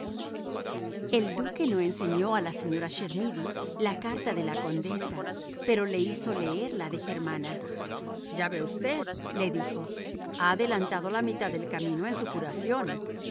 el duque no enseñó a la señora chermidy la carta de la condesa pero le hizo leer la de germana ya ve usted le dijo ha adelantado la mitad del camino en su curación